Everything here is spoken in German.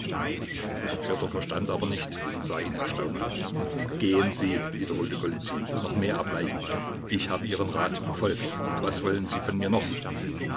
verstand aber nicht und sah ihn erstaunt an gehen sie wiederholte golizyn noch mehr erbleichend ich habe ihren rat befolgt was wollen sie von mir noch